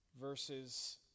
verses